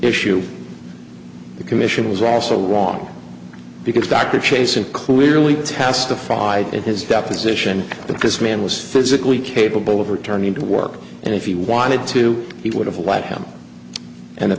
the commission was also wrong because dr chase and clearly testified in his deposition that this man was physically capable of returning to work and if he wanted to he would have let him and the